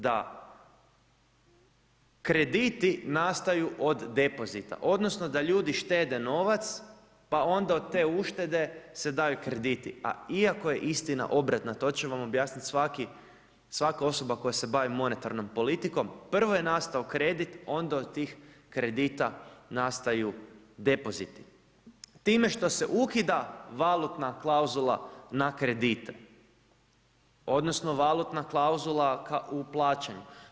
Da krediti nastaju od depozita odnosno da ljudi štede novac pa onda od te uštede se daju kredit iako je istina obratna, to će vam objasniti svaka osoba koja se bavi monetarnom politikom, prvo je nastao kredit a onda od tih kredita nastaju depoziti time što se ukida valutna klauzula na kredite odnosno valutna klauzula u plaćanju.